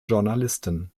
journalisten